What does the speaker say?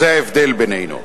זה ההבדל בינינו.